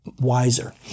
wiser